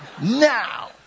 Now